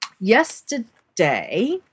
Yesterday